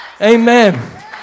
amen